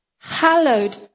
hallowed